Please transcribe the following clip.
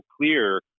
clear